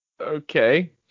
okay